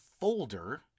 folder